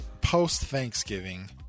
post-Thanksgiving